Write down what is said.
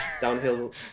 Downhill